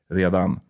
redan